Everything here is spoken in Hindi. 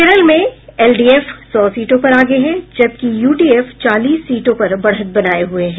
केरल में एलडीएफ सौ सीटों पर आगे है जबकि यूडीएफ चालीस सीटों पर बढ़त बनाये हुये है